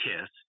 Kiss